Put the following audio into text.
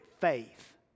faith